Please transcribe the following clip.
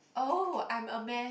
oh I'm a mess